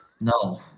No